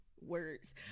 words